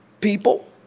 People